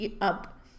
up